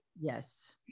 yes